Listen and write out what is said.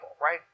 right